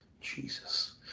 Jesus